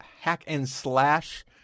hack-and-slash